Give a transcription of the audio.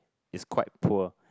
is quite poor